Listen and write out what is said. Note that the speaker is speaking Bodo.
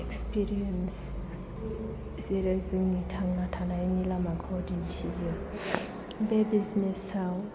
एक्सपिरियन्स जेरै जोंनि थांना थानायनि लामाखौ दिन्थायो बे बिजनेस आव